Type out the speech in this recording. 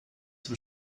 zum